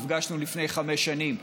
נפגשנו לפני חמש שנים.